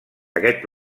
aquest